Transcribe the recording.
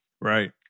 Right